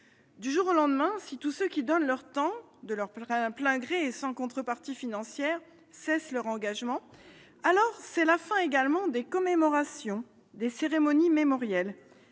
Du jour au lendemain, si tous ceux qui donnent de leur temps, de leur plein gré et sans contrepartie financière, cessent leur engagement, alors, c'est également la fin des commémorations, des cérémonies mémorielles